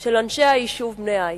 של אנשי היישוב בני-עי"ש.